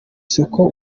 isoko